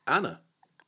Anna